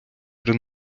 при